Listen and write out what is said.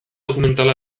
dokumentala